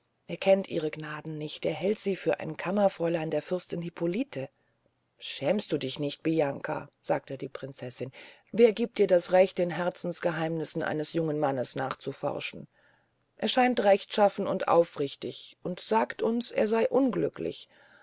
er kennt ihre gnaden nicht er hält sie für ein kammerfräulein der fürstin hippolite schämst du dich nicht bianca sagte die prinzessin wer giebt mir das recht den herzens geheimnissen dieses jungen mannes nachzuforschen er scheint rechtschaffen und aufrichtig und sagt uns er sey unglücklich